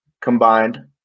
combined